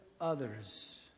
others